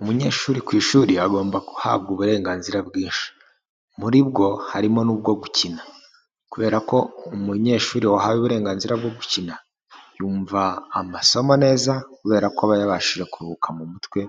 Umunyeshuri ku ishuri agomba guhabwa uburenganzira bwinshi, muri bwo harimo n'ubwo gukina kubera ko umunyeshuri wahaye uburenganzira bwo gukina, yumva amasomo neza kubera ko aba yabashije kuruhuka mu mutwe